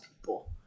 people